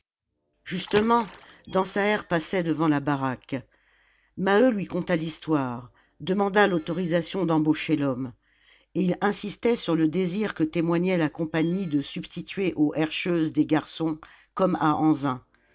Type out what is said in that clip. justement dansaert passait devant la baraque maheu lui conta l'histoire demanda l'autorisation d'embaucher l'homme et il insistait sur le désir que témoignait la compagnie de substituer aux herscheuses des garçons comme à